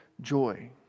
joy